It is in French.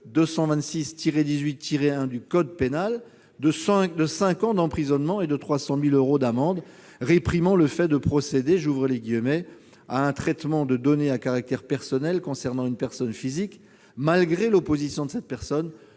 226-18-1 du code pénal, de cinq ans d'emprisonnement et de 300 000 euros d'amende, réprimant le « fait de procéder à un traitement de données à caractère personnel concernant une personne physique malgré l'opposition de cette personne,